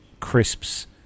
Crisp's